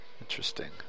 Interesting